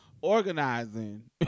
organizing